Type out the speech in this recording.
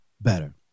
better